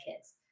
kids